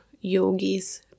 yogis